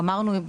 גמרנו.